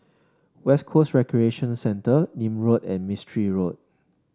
West Coast Recreation Centre Nim Road and Mistri Road